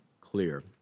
clear